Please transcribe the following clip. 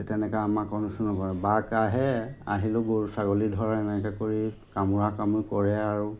তেনেকৈ আমাক অনিষ্ট নকৰে বাঘ আহে আহিলেও গৰু ছাগলী ধৰে এনেকৈ কৰি কামোৰা কামুৰি কৰে আৰু